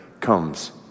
comes